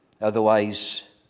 Otherwise